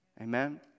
Amen